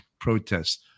protests